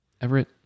Everett